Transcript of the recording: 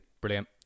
Brilliant